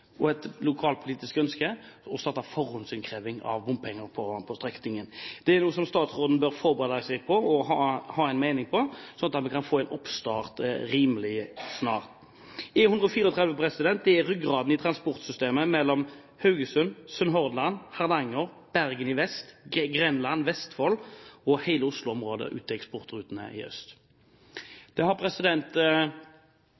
og et lokalpolitisk ønske. Det er noe statsråden bør forberede seg på å ha en mening om, slik at vi kan få en oppstart rimelig snart. E134 er ryggraden i transportsystemet mellom Haugesund, Sunnhordland, Hardanger, Bergen i vest, Grenland, Vestfold, hele Oslo-området og eksportrutene i øst.